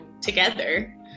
together